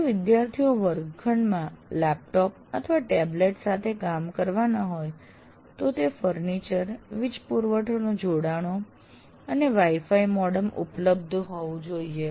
જો વિદ્યાર્થીઓ વર્ગખંડમાં લેપટોપ અથવા ટેબલેટ સાથે કામ કરવાના હોય તો ફર્નિચર વીજ પુરવઠો જોડાણો અને વાઇ ફાઇ મોડેમ ઉપલબ્ધ હોવું જોઇએ